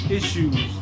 issues